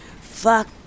Fuck